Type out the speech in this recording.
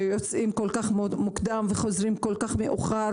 כשיוצאים כל כך מוקדם וחוזרים עייפים כל כך מאוחר,